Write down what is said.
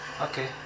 Okay